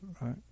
right